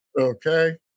Okay